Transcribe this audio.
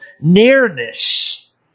nearness